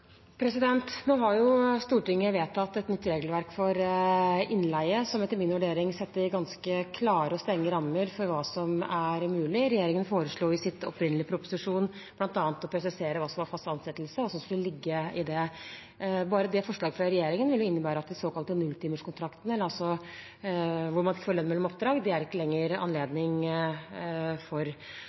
Nå har jo Stortinget vedtatt et nytt regelverk for innleie, som etter min vurdering setter ganske klare og strenge rammer for hva som er mulig. Regjeringen foreslo i sin opprinnelige proposisjon bl.a. å presisere hva som var fast ansettelse, hva som skulle ligge i det. Bare dette forslaget fra regjeringen ville jo innebære at de såkalte nulltimerskontraktene – hvor man ikke får lønn mellom oppdrag – er det ikke lenger anledning